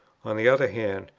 on the other hand,